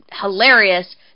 hilarious